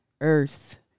earth